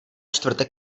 čtvrtek